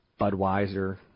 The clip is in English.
Budweiser